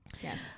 Yes